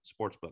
Sportsbook